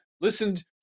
listened